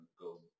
go